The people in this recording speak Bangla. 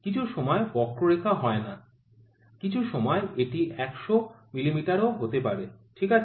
কিছু সময় বক্ররেখা হয় না কিছু সময় এটি ১০০ মিটারেরও হতে পারে ঠিক আছে